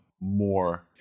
more